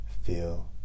feel